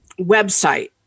website